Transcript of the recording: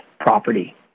property